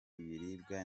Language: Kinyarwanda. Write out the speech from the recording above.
ibiribwa